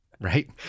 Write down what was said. right